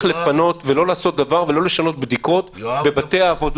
לפנות ולא לעשות דבר ולא לשנות בדיקות בבתי האבות.